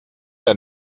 der